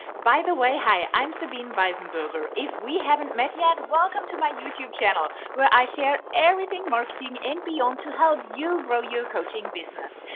by the way, hi, i'm sabine biesenberger. if we haven't met yet, welcome to my youtube channel, where i share everything marketing and beyond to help you grow your coaching business.